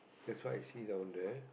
that's what I see down there